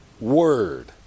word